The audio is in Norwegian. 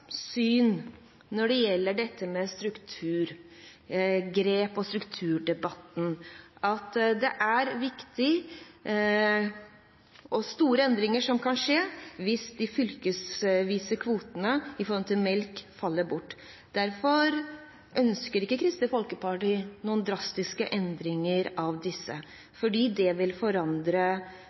syn når det gjelder strukturgrep og strukturdebatten, at det er viktige og store endringer som kan skje hvis de fylkesvise melkekvotene faller bort. Derfor ønsker ikke Kristelig Folkeparti noen drastiske endringer av disse, fordi det vil forandre